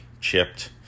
chipped